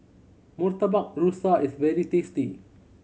Murtabak Rusa is very tasty